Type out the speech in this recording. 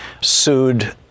sued